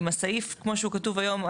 אם הסעיף כמו שהוא כתוב היום,